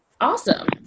Awesome